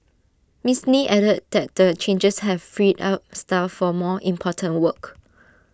miss lee added that the changes have freed up staff for more important work